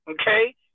okay